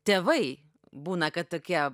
tėvai būna kad tokie